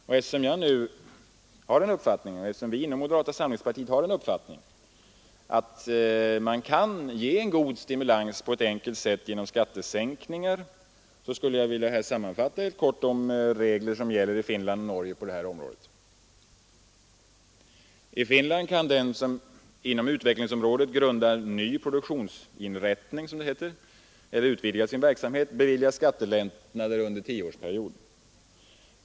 Och eftersom vi inom moderata samlingspartiet har den uppfattningen att man kan ge god stimulans på ett enkelt sätt genom skattesänkningar, så vill jag här helt kort sammanfatta de regler som gäller i Finland och Norge på detta område. I Finland kan den som inom utvecklingsområdet grundar ny ”produktionsinrättning” eller utvidgar sin verksamhet beviljas skattelättnader under tio års tid.